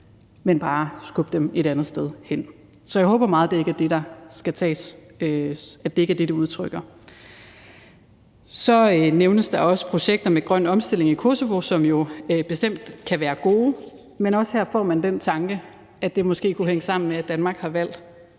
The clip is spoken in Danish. men bare skubbe dem et andet sted hen. Så jeg håber meget, at det ikke er det, det udtrykker. Så nævnes der også projekter med grøn omstilling i Kosovo, som jo bestemt kan være gode, men også her får man den tanke, at det måske kunne hænge sammen med, at den danske